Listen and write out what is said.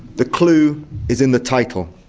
the clue is in the title.